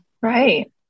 Right